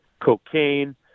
cocaine